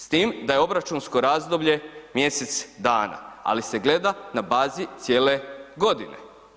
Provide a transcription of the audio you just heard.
S tim da je obračunsko razdoblje mjesec dana, ali se gleda na bazi cijele godine.